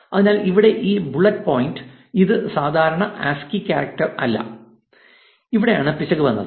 അതിനാൽ ഇവിടെ ഈ ബുള്ളറ്റ് പോയിന്റ് ഇത് ഒരു സാധാരണ A S C I I character അല്ല ഇവിടെയാണ് പിശക് വന്നത്